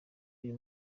uyu